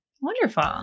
Wonderful